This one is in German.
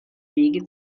wege